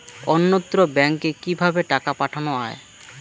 অন্যত্র ব্যংকে কিভাবে টাকা পাঠানো য়ায়?